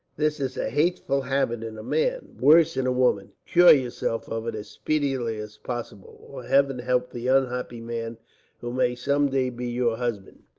this is a hateful habit in a man, worse in a woman. cure yourself of it as speedily as possible, or heaven help the unhappy man who may some day be your husband.